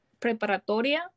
preparatoria